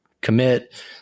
commit